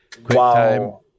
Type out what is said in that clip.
QuickTime